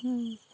ହୁଁ